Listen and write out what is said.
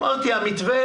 אמרתי שהמתווה